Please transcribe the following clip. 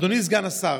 אדוני סגן השר,